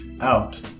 out